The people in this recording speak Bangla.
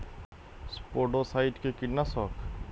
স্পোডোসাইট কি কীটনাশক?